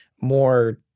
more